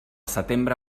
setembre